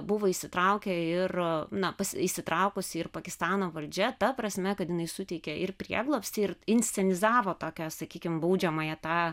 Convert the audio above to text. buvo įsitraukę ir na įsitraukusi ir pakistano valdžia ta prasme kad jinai suteikė ir prieglobstį ir inscenizavo tokią sakykim baudžiamąją tą